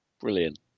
Brilliant